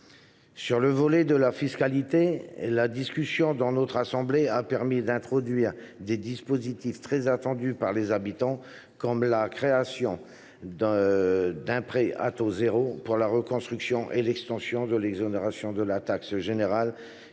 Sur la fiscalité, la discussion dans notre assemblée a permis d’introduire des dispositifs très attendus par les habitants, comme la création d’un prêt à taux zéro pour la reconstruction et l’extension de l’exonération de la taxe générale